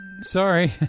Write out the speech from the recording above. sorry